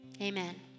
Amen